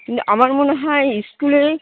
না আমার মনে হয় স্কুলে